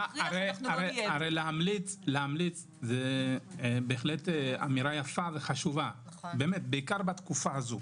להמליץ זו אמירה יפה וחשובה, בעיקר בתקופה הזאת.